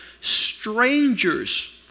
strangers